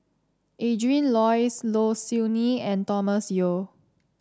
Adrin Loi Low Siew Nghee and Thomas Yeo